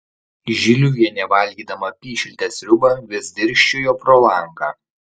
žiliuvienė valgydama apyšiltę sriubą vis dirsčiojo pro langą